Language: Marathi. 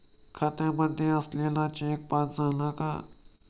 खात्यामध्ये आलेला चेक पास झाला का?